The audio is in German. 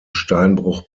steinbruch